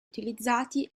utilizzati